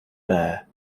bare